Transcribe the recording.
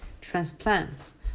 transplants